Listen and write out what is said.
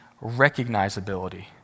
recognizability